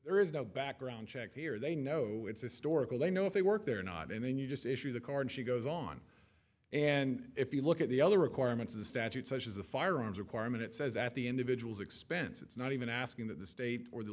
there is no background check here they know it's a store because they know if they work there or not and then you just issue the card she goes on and if you look at the other requirements of the statute such as the firearms requirement it says that the individual's expense it's not even asking that the state or the